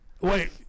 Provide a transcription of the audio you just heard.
Wait